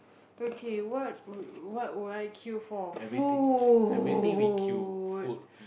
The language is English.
okay what what would I queue for food